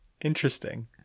interesting